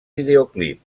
videoclip